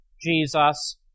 Jesus